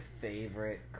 favorite